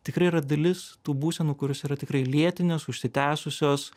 tikrai yra dalis tų būsenų kurios yra tikrai lėtinės užsitęsusios